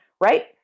right